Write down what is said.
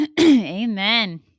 Amen